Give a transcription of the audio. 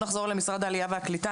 גם בקרוב אנחנו בחופש הגדול,